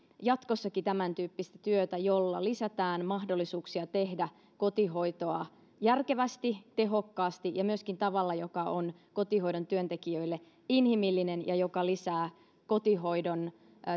jatkossakin tämäntyyppistä työtä jolla lisätään mahdollisuuksia tehdä kotihoitoa järkevästi tehokkaasti ja myöskin tavalla joka on kotihoidon työntekijöille inhimillinen ja joka lisää kotihoidon